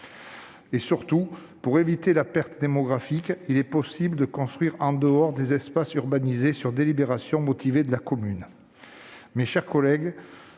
Et surtout, pour éviter la perte démographique, il est possible de construire en dehors des espaces urbanisés sur délibération motivée de la commune. Mes chers collègues,